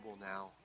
now